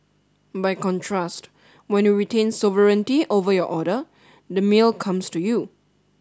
by contrast when you retain sovereignty over your order the meal comes to you